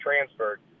transferred